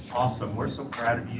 awesome. we're so proud of